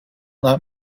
that